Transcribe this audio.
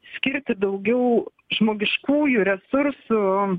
skirti daugiau žmogiškųjų resursų